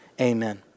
amen